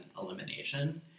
elimination